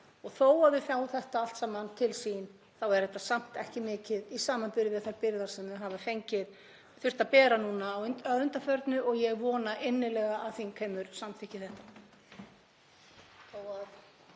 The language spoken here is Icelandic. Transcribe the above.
Og þó að þau fái þetta allt saman til sín þá er þetta samt ekki mikið í samanburði við þær byrðar sem þau hafa þurft að bera núna að undanförnu og ég vona innilega að þingheimur samþykki þetta.